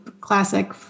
classic